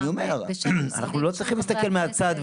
אני אומר: אנחנו לא צריכים להסתכל מהצד.